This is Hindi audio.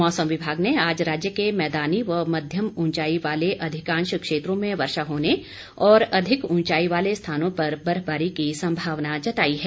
मौसम विभाग ने आज राज्य के मैदानी व मध्यम ऊंचाई वाले अधिकांश क्षेत्रों में वर्षा होने और अधिक ऊंचाई वाले स्थानों पर बर्फवारी की संभावना जताई है